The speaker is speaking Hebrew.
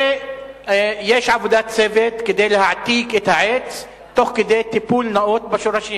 ויש עבודת צוות כדי להעתיק את העץ תוך כדי טיפול נאות בשורשים.